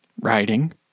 writing